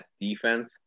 defense